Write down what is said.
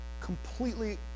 completely